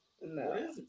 no